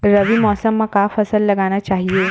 रबी मौसम म का फसल लगाना चहिए?